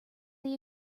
they